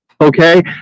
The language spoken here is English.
Okay